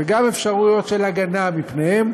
וגם אפשרויות של הגנה מפניהם